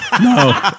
No